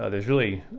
ah there's really